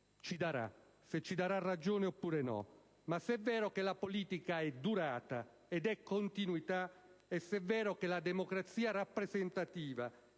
legislatura: se ci darà ragione oppure no. Ma se è vero che la politica è durata e continuità, e se è vero che la democrazia rappresentativa